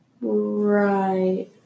Right